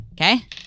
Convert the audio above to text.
Okay